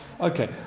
Okay